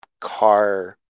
car